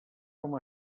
com